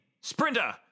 Sprinter